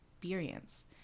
experience